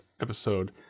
episode